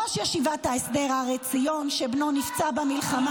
ראש ישיבת ההסדר הר עציון, שבנו נפצע במלחמה